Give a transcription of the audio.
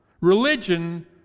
Religion